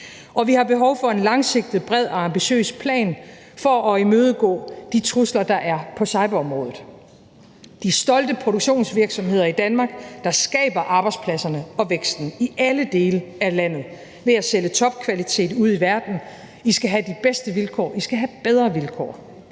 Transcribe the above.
Og vi har behov for en langsigtet bred og ambitiøs plan for at imødegå de trusler, der er på cyberområdet. De stolte produktionsvirksomheder i Danmark, der skaber arbejdspladserne og væksten i alle dele af landet ved at sælge topkvalitet ude i verden: I skal have de bedste vilkår, I skal have bedre vilkår.